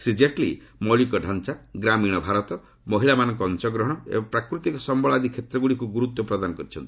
ଶ୍ରୀ କେଟଲୀ ମୌଳିକ ଢାଞ୍ଚା ଗ୍ରାମୀଣ ଭାରତ ମହିଳାମାନଙ୍କ ଅଶଗ୍ରହଣ ଏବଂ ପ୍ରାକୃତିକ ସମ୍ପଳ ଆଦି କ୍ଷେତ୍ରଗୁଡ଼ିକୁ ଗୁରୁତ୍ୱ ପ୍ରଦାନ କରିଛନ୍ତି